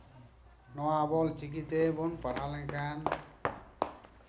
ᱱᱚᱶᱟ ᱟᱵᱚ ᱪᱤᱠᱤ ᱛᱮᱵᱚᱱ ᱯᱟᱲᱦᱟᱣ ᱞᱮᱱᱠᱷᱟᱱ